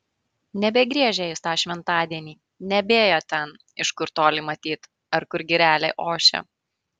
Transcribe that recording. nebegriežė jis tą šventadienį nebėjo ten iš kur toli matyt ar kur girelė ošia